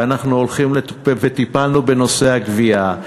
וטיפלנו בנושא הגבייה,